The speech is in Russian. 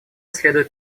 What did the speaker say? следует